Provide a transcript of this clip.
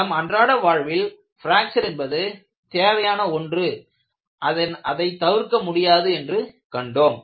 நம் அன்றாட வாழ்வில் பிராக்சர் என்பது தேவையான ஒன்று அதனால் அது தவிர்க்க முடியாதது என்று கண்டோம்